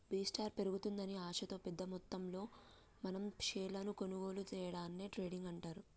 B స్టార్ట్ పెరుగుతుందని ఆశతో పెద్ద మొత్తంలో మనం షేర్లను కొనుగోలు సేయడాన్ని ట్రేడింగ్ అంటారు